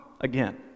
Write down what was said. again